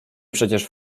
przecież